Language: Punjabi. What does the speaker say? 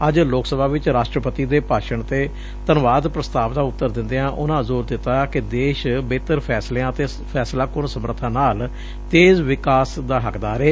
ਅੱਜ ਲੋਕ ਸਭਾ ਵਿਚ ਰਾਸ਼ਟਰਪਡੀ ਦੇ ਭਾਸ਼ਣ ਤੇ ਧੰਨਵਾਦ ਪੁਸਤਾਵ ਦਾ ਉੱਤਰ ਦਿਦਿਆ ਉਨਾਂ ਜ਼ੋਰ ਦਿੱਤਾ ਕਿ ਦੇਸ਼ ਬਿਹਤਰ ਫੈਸਲਿਆਂ ਅਤੇ ਫੈਸਲਾਕੁੰਨ ਸਮਰਬਾ ਨਾਲ ਤੇਜ਼ ਵਿਕਾਸ ਦਾ ਹੱਕਦਾਰ ਏ